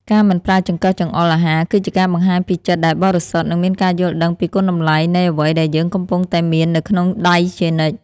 ការមិនប្រើចង្កឹះចង្អុលអាហារគឺជាការបង្ហាញពីចិត្តដែលបរិសុទ្ធនិងមានការយល់ដឹងពីគុណតម្លៃនៃអ្វីដែលយើងកំពុងតែមាននៅក្នុងដៃជានិច្ច។